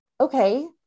okay